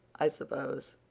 i suppose.